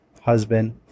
husband